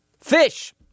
Fish